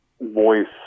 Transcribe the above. voice